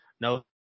No